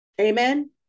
Amen